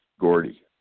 Gordy